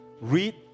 read